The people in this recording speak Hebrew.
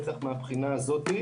בטח מהבחינה הזאת.